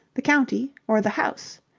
the county, or the house.